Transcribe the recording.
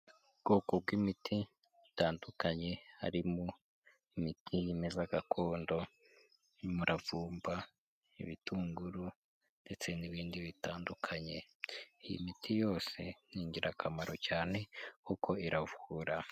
Ubwoko bw'imiti itandukanye harimo imiti yimeza gakondo umuravumba, ibitunguru ndetse n'ibindi bitandukanye, iyi miti yose ni ingirakamaro cyane kuko iravura.